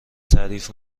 تعریف